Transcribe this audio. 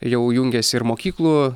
jau jungiasi ir mokyklų